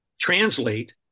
translate